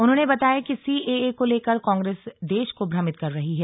उन्होंने बताया कि सीएए को लेकर कांग्रेस देश को भ्रमित कर रही है